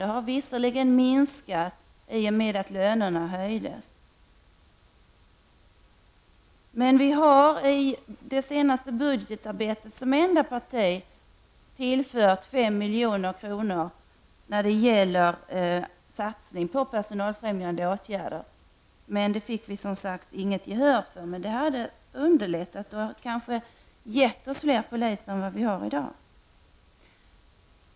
De har visserligen minskat i omfattning i och med att lönerna har höjts, men centern har som enda parti i det senaste budgetarbetet avsatt 5 milj.kr. när det gäller satsningar på personalfrämjande åtgärder. Vi fick tyvärr inget gehör för detta, men det hade underlättat och kanske gett oss fler poliser än vad som finns i dag.